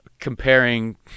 Comparing